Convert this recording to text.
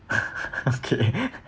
okay